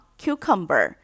,cucumber